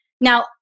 Now